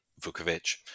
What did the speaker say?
Vukovic